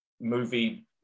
movie